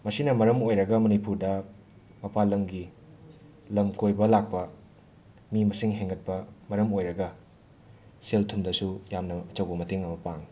ꯃꯁꯤꯅ ꯃꯔꯝ ꯑꯣꯏꯔꯒ ꯃꯅꯤꯄꯨꯔꯗ ꯃꯄꯥꯜ ꯂꯝꯒꯤ ꯂꯝꯀꯣꯏꯕ ꯂꯥꯛꯄ ꯃꯤ ꯃꯁꯤꯡ ꯍꯦꯟꯒꯠꯄ ꯃꯔꯝ ꯑꯣꯏꯔꯒ ꯁꯦꯜ ꯊꯨꯝꯗꯁꯨ ꯌꯥꯝꯅ ꯑꯆꯧꯕ ꯃꯇꯦꯡ ꯑꯃ ꯄꯥꯡꯉꯤ